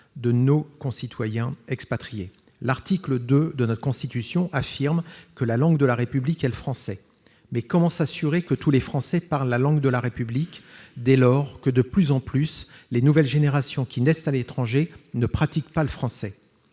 de nos concitoyens expatriés. L'article 2 de notre Constitution affirme :« La langue de la République est le français. » Mais comment s'assurer que tous les Français parlent la langue de la République, dès lors que, de plus en plus, les nouvelles générations qui naissent à l'étranger ne pratiquent pas le français ?